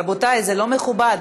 רבותי, זה לא מכובד.